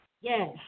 Yes